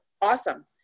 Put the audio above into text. awesome